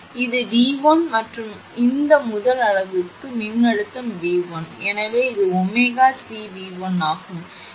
எனவே இது 𝑉1 மற்றும் இந்த முதல் அலகுக்கு மின்னழுத்தம் 𝑉1 எனவே இது 𝜔𝐶𝑉1 ஆகும்